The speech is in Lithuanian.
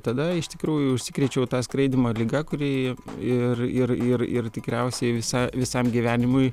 tada iš tikrųjų užsikrėčiau skraidymo liga kuri ir ir ir ir tikriausiai visa visam gyvenimui